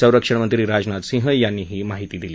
संरक्षण मंत्री राजनाथ सिंह यांनी ही माहिती दिली